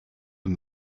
him